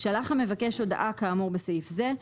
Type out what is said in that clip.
שלח המבקש הודעה כאמור בסעיף זה,